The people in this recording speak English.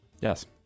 Yes